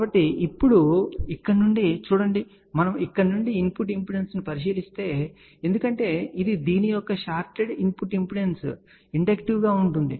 కాబట్టి ఇప్పుడు ఇక్కడ నుండి చూస్తున్నాము మనము ఇక్కడ నుండి ఇన్పుట్ ఇంపెడెన్స్ను పరిశీలిస్తే ఎందుకంటే ఇది దీని యొక్క షార్టెడ్ ఇన్పుట్ ఇంపెడెన్స్ ఇండక్టివ్ గా ఉంటుంది